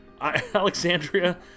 Alexandria